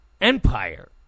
empire